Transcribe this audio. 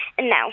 No